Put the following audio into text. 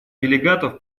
делегатов